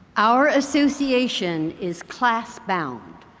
our association is class bound,